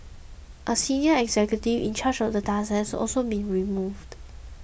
a senior executive in charge of the task has also been removed